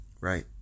right